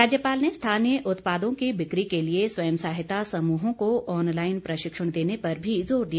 राज्यपाल ने स्थानीय उत्पादों की बिकी के लिए स्वयं सहायता समूहों को ऑनलाईन प्रशिक्षण देने पर भी जोर दिया